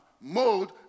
Mode